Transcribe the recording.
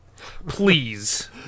Please